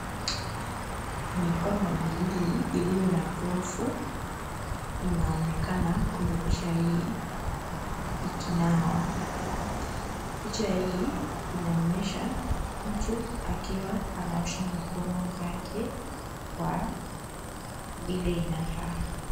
Mikono miwili iliyo na pofu inaonekana kwenye picha hii ikinawa. Picha hii inaonyesha mtu akiwa anaosha mikono zake kwa vile inafaa.